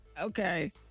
Okay